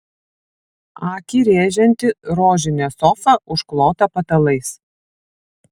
akį rėžianti rožinė sofa užklota patalais